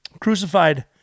crucified